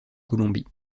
colombie